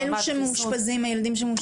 והילדים שמאושפזים בבתי חולים?